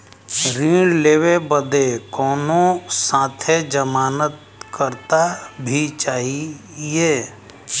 ऋण लेवे बदे कउनो साथे जमानत करता भी चहिए?